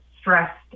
stressed